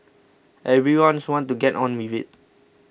everyone wants to get on with it